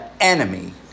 enemy